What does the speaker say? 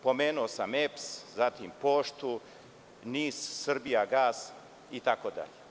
Pomenuo sam EPS, zatim Poštu, NIS, „Srbijagas“ itd.